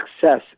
success